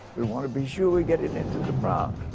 we want to be sure we get it into the bronx.